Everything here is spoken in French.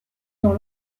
dans